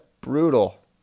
brutal